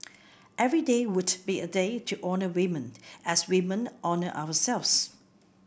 every day would be a day to honour women and as women honour ourselves